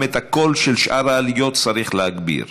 את הקול של שאר העליות צריך להגביר.